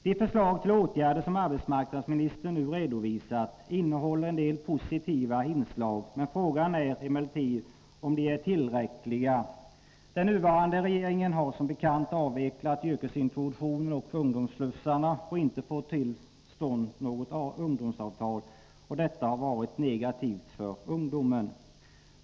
De förslag till åtgärder som arbetsmarknadsministern nu redovisat innehåller en del positiva inslag, men frågan är om de är tillräckliga. Den nuvarande regeringen har som bekant avvecklat yrkesintroduktionen och ungdomsslussarna och inte fått till stånd något ungdomsavtal. Detta har varit negativt för ungdomen.